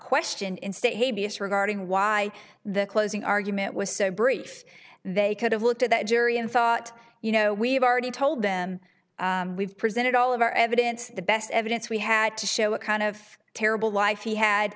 s regarding why the closing argument was so brief they could have looked at that jury and thought you know we've already told them we've presented all of our evidence the best evidence we had to show what kind of terrible life he had